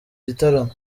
gitaramo